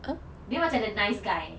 dia macam the nice guy